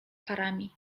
parami